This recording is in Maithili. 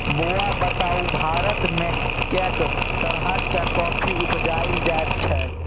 बौआ बताउ भारतमे कैक तरहक कॉफी उपजाएल जाइत छै?